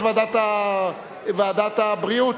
ועדת הבריאות.